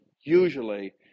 usually